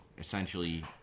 essentially